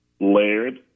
layered